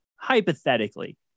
hypothetically